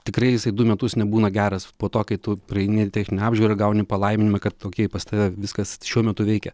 tikrai jisai du metus nebūna geras po to kai tu praeini techninę apžiūrą gauni palaiminimą kad okei pas tave viskas šiuo metu veikia